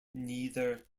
neither